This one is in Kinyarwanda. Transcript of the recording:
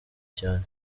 cyane